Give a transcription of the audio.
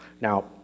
Now